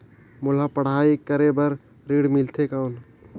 मोला पढ़ाई करे बर ऋण मिलथे कौन?